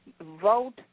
vote